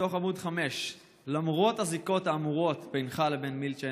מתוך עמ' 5: "למרות הזיקות האמורות בינך לבין מילצ'ן,